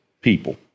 people